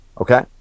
okay